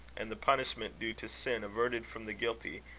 and the punishment due to sin averted from the guilty,